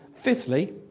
Fifthly